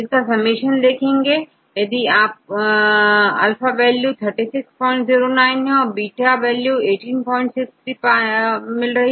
इसका समेशन देखें आप अल्फा वैल्यू 36 09 और बीटा वैल्यू18 63 पाएंगे